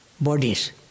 bodies